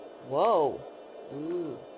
Whoa